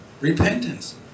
repentance